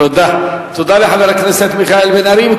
תודה לחבר הכנסת מיכאל בן ארי.